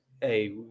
hey